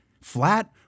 flat